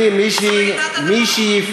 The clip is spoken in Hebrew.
אדוני, מי, זו רעידת אדמה.